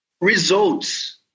results